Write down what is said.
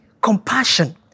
compassion